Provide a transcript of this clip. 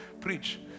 preach